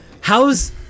how's